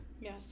yes